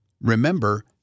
Remember